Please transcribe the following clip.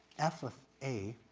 f of a